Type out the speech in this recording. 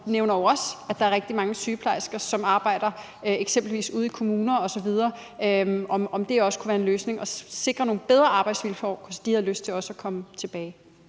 også nævner, at der er rigtig mange sygeplejersker, som arbejder eksempelvis ude i kommuner osv. Kunne det ikke også være en løsning at sikre nogle bedre arbejdsvilkår, så de havde lyst til at komme tilbage?